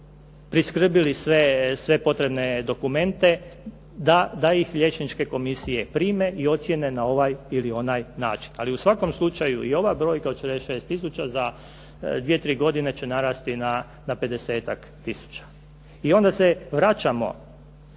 priskrbili sve potrebne dokumente da ih liječničke komisije prime i ocjene na ovaj ili onaj način. Ali u svakom slučaju, i ova brojka od 46 tisuća za 2, 3 godine će narasti na pedesetak tisuća. I onda se vraćamo